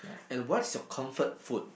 and what's your comfort food